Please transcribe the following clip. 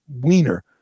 wiener